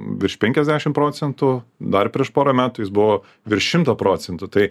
virš penkiasdešimt procentų dar prieš porą metų jis buvo virš šimto procentų tai